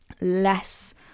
less